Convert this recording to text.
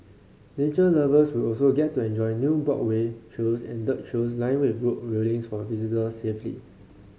nature lovers will also get to enjoy new boardwalk trails and dirt trails lined with rope railings for visitor safety